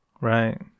Right